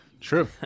true